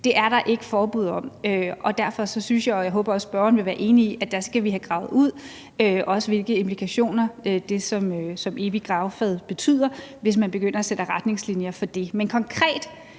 Det er der ikke forbud om, og derfor synes jeg – og det håber jeg spørgeren vil være enig i – at vi skal have boret ud, hvilke implikationer det kan have, i forhold til hvad evig gravfred betyder, hvis man begynder at sætte retningslinjer for det. Men konkret